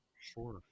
sure